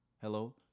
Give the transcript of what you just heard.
hello